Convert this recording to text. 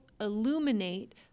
illuminate